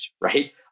right